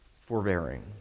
forbearing